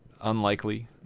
unlikely